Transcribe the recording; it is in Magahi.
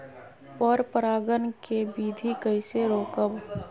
पर परागण केबिधी कईसे रोकब?